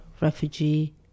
refugee